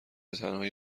تنهایی